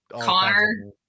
Connor